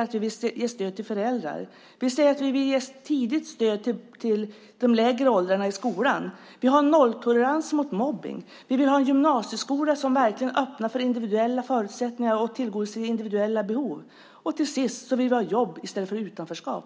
att vi vill ge stöd till föräldrar. Vi säger att vi vill ge tidigt stöd till de lägre åldrarna i skolan. Vi har nolltolerans mot mobbning. Vi vill ha en gymnasieskola som verkligen öppnar för individuella förutsättningar och tillgodoser individuella behov. Till sist vill vi ha jobb i stället för utanförskap.